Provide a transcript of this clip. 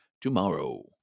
tomorrow